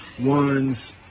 one's